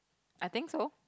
I think so